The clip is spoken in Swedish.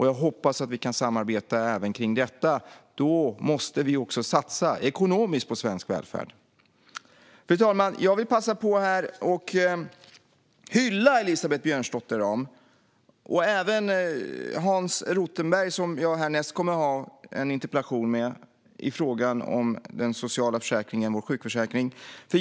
Jag hoppas att vi kan samarbeta även kring detta. Då måste vi också satsa ekonomiskt på svensk välfärd. Fru talman! Jag vill passa på att hylla Elisabeth Björnsdotter Rahm och även Hans Rothenberg, som jag härnäst kommer att ha en interpellationsdebatt med i fråga om den sociala försäkringen, vår sjukförsäkring.